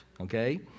okay